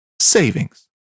savings